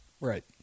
Right